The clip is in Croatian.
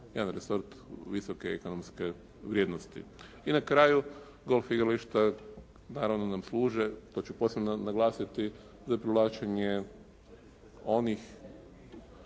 jedan … visoke ekonomske vrijednosti. I na kraju golf igrališta naravno nam služe, to ću posebno naglasiti, za privlačenje onih